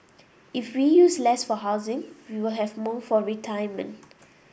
if we use less for housing we will have more for retirement